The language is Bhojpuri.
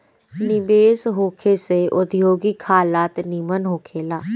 निवेश होखे से औद्योगिक हालत निमन होखे ला